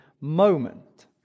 moment